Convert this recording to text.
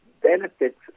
benefits